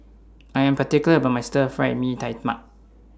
I Am particular about My Stir Fried Mee Tai Mak